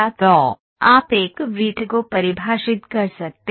तो आप एक वृत्त को परिभाषित कर सकते हैं